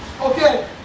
Okay